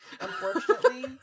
Unfortunately